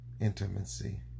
intimacy